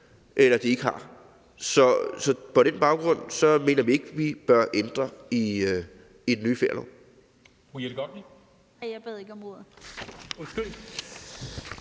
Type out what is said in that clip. have den likviditet. Så på den baggrund mener vi ikke vi bør ændre i den nye ferielov.